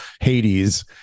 Hades